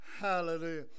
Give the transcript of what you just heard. Hallelujah